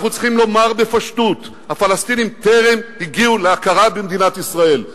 אנחנו צריכים לומר בפשטות: הפלסטינים טרם הגיעו להכרה במדינת ישראל,